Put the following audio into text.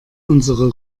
unsere